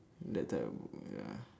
that type of book mm ya